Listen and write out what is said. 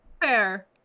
Fair